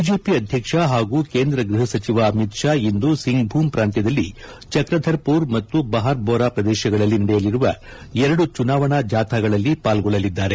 BJP ಅಧ್ಯಕ್ಷ ಹಾಗೂ ಕೇಂದ್ರ ಗೃಹ ಸಚಿವ ಅಮಿತ್ ಷಾ ಇಂದು ಸಿಂಗ್ಭೂಮ್ ಪ್ರಾಂತ್ಯದಲ್ಲಿ ಚಕ್ರಧರ್ಪೂರ್ ಮತ್ತು ಬಹಾರ್ಬೋರಾ ಪ್ರದೇಶಗಳಲ್ಲಿ ನಡೆಯಲಿರುವ ಎರಡು ಚುನಾವಣಾ ಜಾಥಾಗಳಲ್ಲಿ ಪಾಲ್ಗೊಳ್ಳಲಿದ್ದಾರೆ